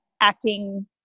acting